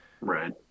Right